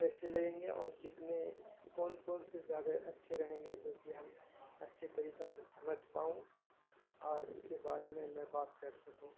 پیسے لگیں گے اور کتنے کون کون سے زیادہ اچھے رہیں گے جو کہ ہم اچھی طریقہ سے سمجھ پاؤں اور اس کے بارے میں میں بات کر سکوں